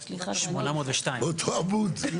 802. אותו עמוד.